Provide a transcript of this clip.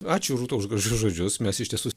ačiū rūta už gražus žodžius mes iš tiesų